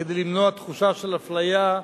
כדי למנוע תחושה של אפליה,